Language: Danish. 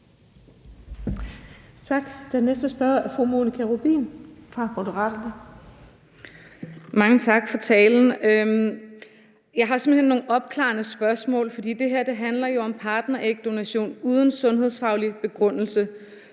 Mange tak for talen. Jeg har simpelt hen nogle opklarende spørgsmål. Det her handler jo om partnerægdonation uden sundhedsfaglig begrundelse,